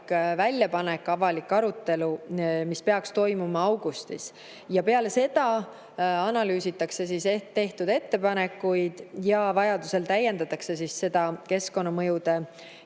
väljapanek ja avalik arutelu, mis peaks toimuma augustis. Peale seda analüüsitakse tehtud ettepanekuid ja vajadusel täiendatakse keskkonnamõjude